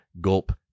gulp